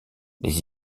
les